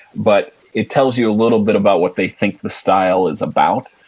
but it tells you a little bit about what they think the style is about.